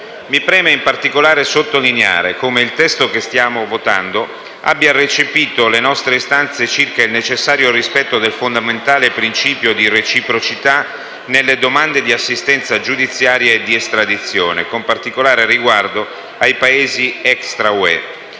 Mi preme, in particolare, sottolineare come il testo che stiamo votando abbia recepito le nostre istanze circa il necessario rispetto del fondamentale principio di reciprocità nelle domande di assistenza giudiziaria e di estradizione, con particolare riguardo ai Paesi extra-UE,